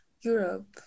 Europe